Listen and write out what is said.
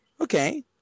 okay